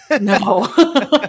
No